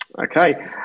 okay